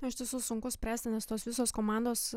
na iš tiesų sunku spręsti nes tos visos komandos